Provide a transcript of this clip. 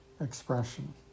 expression